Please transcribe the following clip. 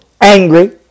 angry